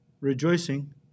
rejoicing